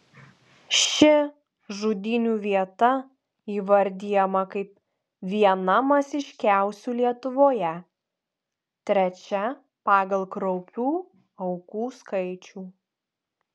ši žudynių vieta įvardijama kaip viena masiškiausių lietuvoje trečia pagal kraupių aukų skaičių